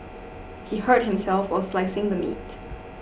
he hurt himself while slicing the meat